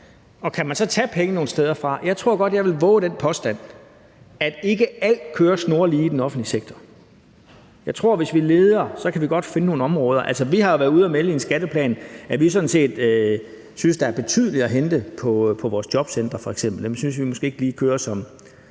Og kan man så tage penge nogen steder fra? Jeg tror godt, at jeg vil vove den påstand, at ikke alt kører snorlige i den offentlige sektor. Jeg tror, at hvis vi leder, kan vi godt finde nogle områder. Altså, vi har jo været ude at melde i en skatteplan, at vi sådan set synes, der er betydeligt at hente på f.eks. vores jobcentre. Dem synes vi måske ikke lige kører, som